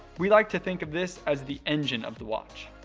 we like to think of this as the engine of the watch.